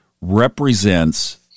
represents